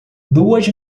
duas